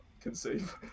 conceive